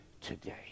today